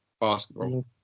basketball